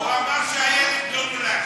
הוא אמר שהילד לא נולד.